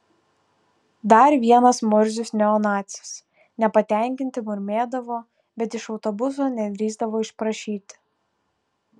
dar vienas murzius neonacis nepatenkinti murmėdavo bet iš autobuso nedrįsdavo išprašyti